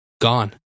gone